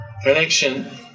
Connection